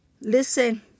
listen